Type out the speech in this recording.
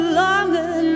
longer